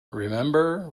remember